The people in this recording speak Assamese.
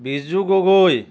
বিজু গগৈ